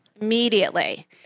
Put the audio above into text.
Immediately